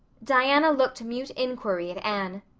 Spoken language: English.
diana looked mute inquiry at anne.